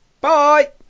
Bye